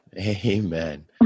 amen